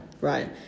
right